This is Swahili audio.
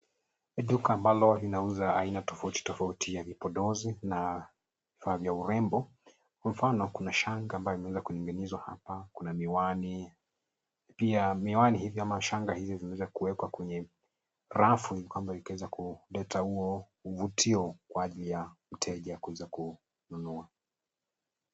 Ni duka ambalo linauza aina tofauti tofauti ya vipodozi na vifaa vya urembo. Kwa mfano kuna shanga ambazo zimeweza kuning'inizwa hapa, kuna miwani. Pia miwani hizi ama shanga hizi zimeweza kuekwa kwenye rafu kwamba zikaweza kuleta huo uvutio kwa ajili ya mteja kuweza kununua.